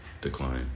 Decline